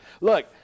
Look